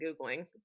googling